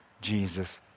Jesus